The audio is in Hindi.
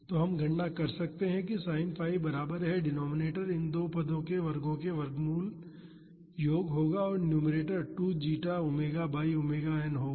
तो हम गणना कर सकते हैं sin 𝜙 बराबर है डिनोमिनेटर इन दो पदों के वर्गों का वर्गमूल योग होगा और numerator 2 zeta omega by omega n होगा